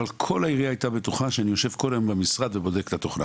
אבל כל העירייה הייתה בטוחה שאני יושב כל היום במשרד ובודק את התוכנה.